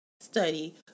study